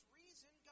reason